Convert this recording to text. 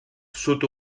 sud